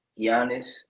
Giannis